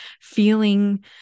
feeling